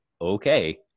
okay